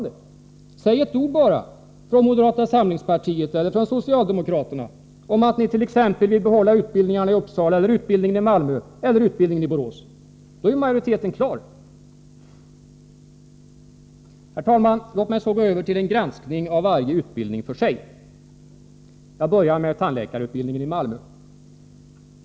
Ett ord från moderata samlingspartiet eller från socialdemokraterna om att de t.ex. vill behålla utbildningarna i Uppsala, utbildningen i Malmö eller utbildningen i Borås och majoriteten är klar! Herr talman! Låt mig så gå över till en granskning av varje utbildning för sig. Jag börjar med tandläkarutbildningen i Malmö.